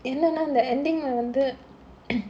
இல்லனா அந்த:illanaa andha ending வந்து:vandhu